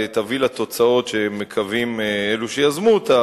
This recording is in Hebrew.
תביא לתוצאות שמקווים להן אלו שיזמו אותה,